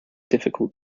difficult